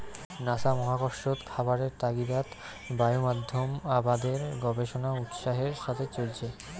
NASA মহাকর্ষত খাবারের তাগিদাত বায়ুমাধ্যম আবাদের গবেষণা উৎসাহের সথে চইলচে